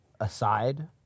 aside